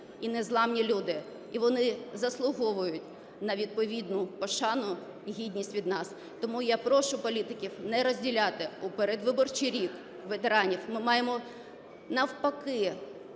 і незламні люди і вони заслуговують на відповідну пошану, гідність від нас. Тому я прошу політиків не розділяти у передвиборчий рік ветеранів. Ми маємо навпаки